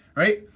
right?